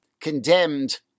condemned